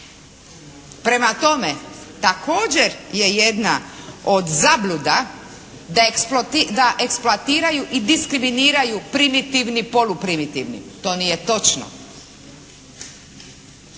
Prema tome, također je jedna od zabluda da eksploatiraju i diskriminiraju primitivni, poluprimitivni. To nije točno.